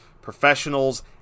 professionals